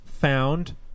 found